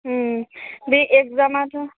बे एग्जामाथ'